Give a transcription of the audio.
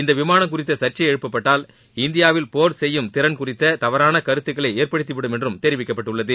இந்த விமானம் குறித்து சா்ச்சை எழுப்பப்பட்டால் இந்தியாவில் போா் செய்யும் திறன் குறித்த தவறான கருத்துக்களை ஏற்படுத்திவிடும் என்றும் தெரிவிக்கப்பட்டுள்ளது